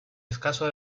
escaso